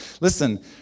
Listen